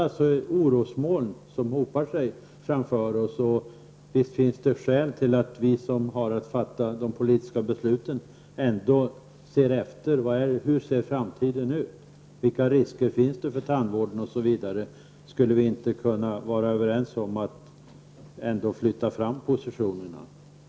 Det hopar sig orosmoln ovanför oss, och det finns därför skäl för oss som har att fatta de politiska besluten att försöka få en uppfattning om hur framtiden kommer att se ut, vilka risker det finns för tandvården osv. Skulle vi inte kunna vara överens om att flytta fram positionerna?